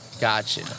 Gotcha